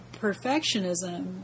perfectionism